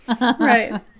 Right